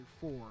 four